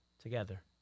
Together